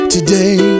Today